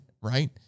right